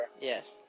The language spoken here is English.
Yes